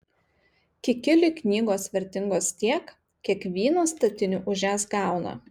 kikiliui knygos vertingos tiek kiek vyno statinių už jas gauna